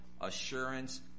assurance